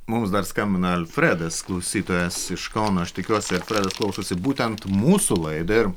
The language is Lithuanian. mums dar skambina alfredas klausytojas iš kauno aš tikiuosi alfredas klausosi būtent mūsų laidą ir